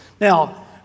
Now